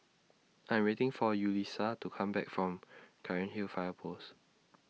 I Am waiting For Yulissa to Come Back from Cairnhill Fire Post